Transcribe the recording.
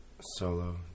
Solo